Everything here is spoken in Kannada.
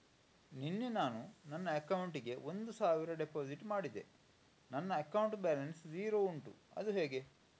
ನಿನ್ನೆ ನಾನು ನನ್ನ ಅಕೌಂಟಿಗೆ ಒಂದು ಸಾವಿರ ಡೆಪೋಸಿಟ್ ಮಾಡಿದೆ ನನ್ನ ಅಕೌಂಟ್ ಬ್ಯಾಲೆನ್ಸ್ ಝೀರೋ ಉಂಟು ಅದು ಹೇಗೆ?